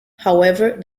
however